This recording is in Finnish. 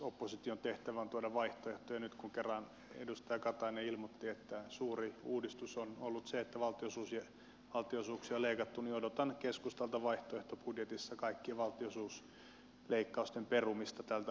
opposition tehtävä on tuoda vaihtoehtoja ja nyt kun kerran edustaja katainen ilmoitti että suuri uudistus on ollut se että valtionosuuksia on leikattu niin odotan keskustalta vaihtoehtobudjetissa kaikkien valtionosuusleikkausten perumista tältä hallituskaudelta